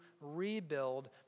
rebuild